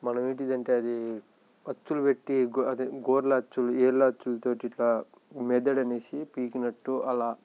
మనం ఏంటంటే అది అచ్చులు పెట్టి గో అదే గోర్ల అచ్చులు వేళ్ళ అచ్చులు తోటి ఇట్లా మెదడు అనేసి పీకినట్టు అలా